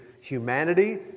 humanity